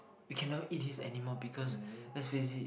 we cannot eat this anymore because let's face it